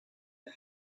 the